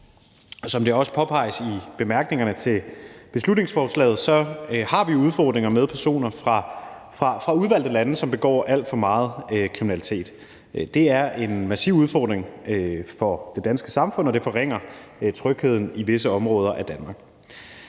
som det også påpeges i bemærkningerne til beslutningsforslaget, har vi udfordringer med personer fra udvalgte lande, som begår alt for meget kriminalitet. Det er en massiv udfordring for det danske samfund, og det forringer trygheden i visse områder af Danmark.